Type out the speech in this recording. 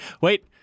wait